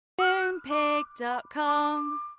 Moonpig.com